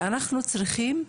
ואנחנו צריכים,